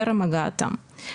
טרם הגעתם.